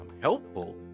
helpful